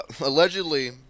allegedly